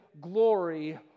glory